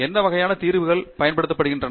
என்ன வகையான தீர்வுகள் பயன்படுத்தப்படுகின்றன